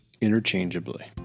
interchangeably